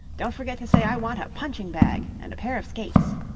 don't forget to say i want a punching bag and a pair of skates.